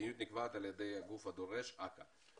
המדיניות נקבעת על-ידי הגוף הדורש: אכ"א.